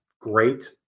great